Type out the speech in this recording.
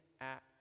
act